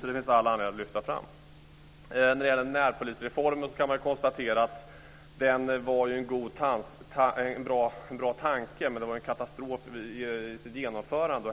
Det finns all anledning att lyfta fram de exemplen. Närpolisreformen var en bra tanke men en katastrof i sitt genomförande.